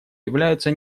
являются